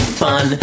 fun